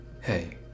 hey